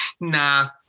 nah